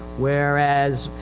whereas,